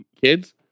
kids